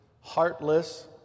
heartless